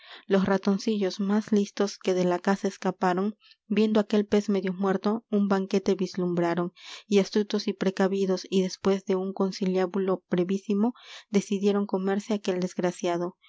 los ratoncillos más listos que de la caza escaparon viendo aquel pez medio muerto un banquete vislumbraron y astutos y precavidos y después de un conciliábulo brevísimo decidieron comerse aquel desgraciado